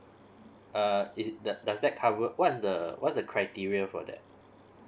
uh is that does that cover what's the what's the criteria for that